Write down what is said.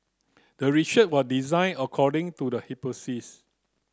the research was designed according to the hypothesis